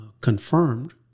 confirmed